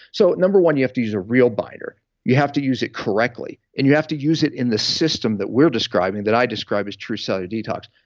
so number one, you have to use a real binder, and you have to use it correctly, and you have to use it in the system that we're describing, that i described as true cellular detox.